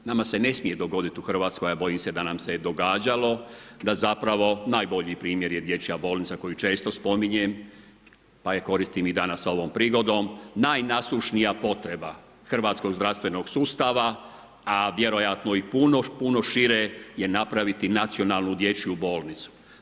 Nama se ne smije dogoditi u Hrvatskoj, a bojim se da nam se događalo, da zapravo, najbolji primjer je dječja bolnica koju često spominjem, pa ju koristim i danas ovom prigodom, najnasušnija potrebna hrvatskog zdravstvenog sustava, a vjerojatno i puno puno šire je napraviti nacionalnu dječju bolnicu.